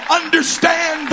understand